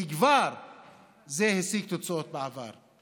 כי זה כבר השיג תוצאות בעבר.